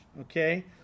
okay